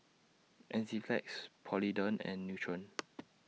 Enzyplex Polident and Nutren